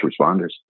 responders